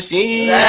the